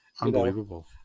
Unbelievable